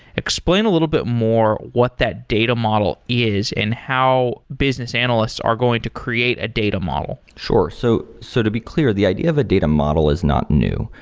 explain a little bit more what that data model is and how business analysts are going to create a data model sure. so so to be clear, the idea of a data model is not new,